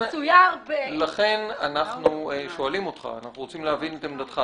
אנחנו רוצים להבין את עמדתך,